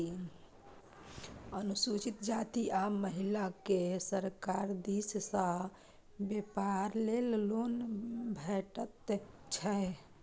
अनुसूचित जाती आ महिलाकेँ सरकार दिस सँ बेपार लेल लोन भेटैत छै